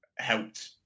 helped